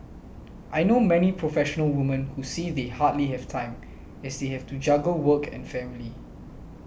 I know many professional women who say they hardly have time as they have to juggle work and family